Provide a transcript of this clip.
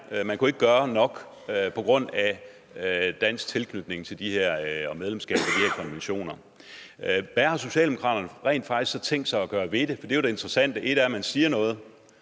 man ikke kunne gøre nok på grund af dansk tilknytning til og medlemskab af de her konventioner. Hvad har Socialdemokratiet så rent faktisk tænkt sig at gøre ved det? For det er jo det interessante. Ét er, hvad man siger; noget